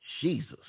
Jesus